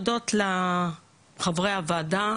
הודות לחברי הוועדה,